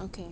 okay